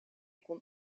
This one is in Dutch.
kon